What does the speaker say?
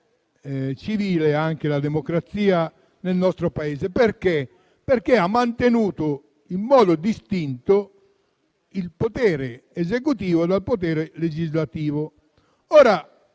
civile, anche la democrazia nel nostro Paese, perché ha mantenuto distinto il potere esecutivo dal potere legislativo. Ora